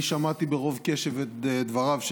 אמסלם, קריאה ראשונה.